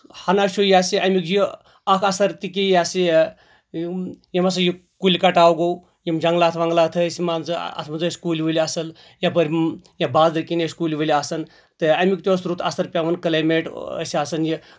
ہَنہ چھُ یہِ ہسا یہِ اَمیُک یہِ اکھ اَثر تہِ کہِ یہِ ہسا یہِ یِم ہسا یہِ کُلۍ کَٹاو گوٚو یِم جنگلات ونٛگلات ٲسۍ مان ژٕ اَتھ منٛز ٲسۍ کُلۍ وُلۍ آسان یپٲر یا بازرٕ کِنۍ ٲسۍ کُلۍ وُلۍ آسان تہٕ اَمیُک تہِ اوس رُت اَثر پیٚوان کٕلایمیٹ ٲسۍ آسان یہِ